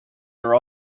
are